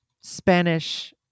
Spanish